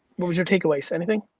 what was your take aways, anything?